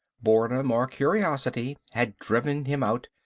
boredom or curiosity had driven him out,